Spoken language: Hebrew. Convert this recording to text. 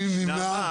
מי נמנע?